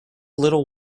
little